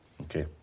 Okay